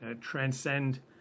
Transcend